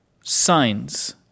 signs